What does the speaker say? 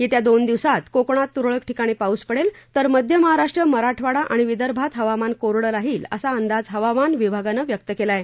येत्या दोन दिवसांत कोकणात तुरळक ठिकाणी पाऊस पडेल तर मध्य महाराष्ट्र मराठवाडा आणि विदर्भात हवामान कोरडं राहील असा अंदाज हवामान विभागानं व्यक्त केला आहे